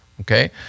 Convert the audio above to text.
okay